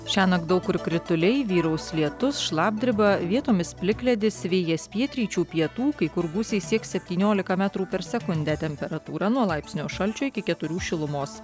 šiąnakt daug kur krituliai vyraus lietus šlapdriba vietomis plikledis vėjas pietryčių pietų kai kur gūsiai sieks septyniolika metrų per sekundę temperatūra nuo laipsnio šalčio iki keturių šilumos